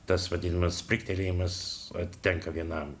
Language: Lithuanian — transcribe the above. tas vadinamas spiktelėjimas atitenka vienam